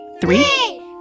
Three